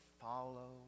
follow